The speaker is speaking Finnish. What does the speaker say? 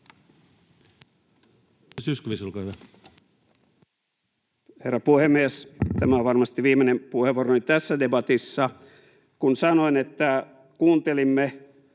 Herra puhemies! Tämä on varmasti viimeinen puheenvuoroni tässä debatissa. Kun sanoin, että kuuntelimme